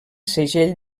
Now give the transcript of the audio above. segell